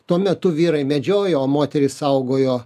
tuo metu vyrai medžiojo o moterys saugojo